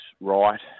right